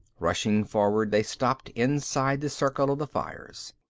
rushing forward, they stopped inside the circle of the fires.